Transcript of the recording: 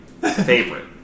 favorite